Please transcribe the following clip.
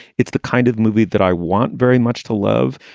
it's the kind of movie that i want very much to love.